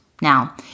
Now